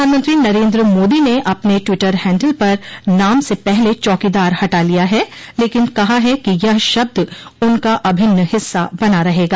प्रधानमंत्री नरेन्द्र मोदी ने अपने टवीटर हैंडल पर नाम से पहले चौकीदार हटा लिया है लेकिन कहा है कि यह शब्द उनका अभिन्न हिस्सा बना रहेगा